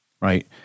right